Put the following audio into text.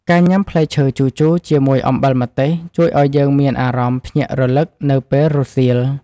ការញ៉ាំផ្លែឈើជូរៗជាមួយអំបិលម្ទេស ជួយឱ្យយើងមានអារម្មណ៍ភ្ញាក់រលឹកនៅពេលរសៀល។